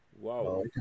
Wow